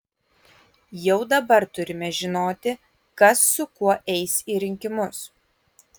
jau dabar turime žinoti kas su kuo eis į rinkimus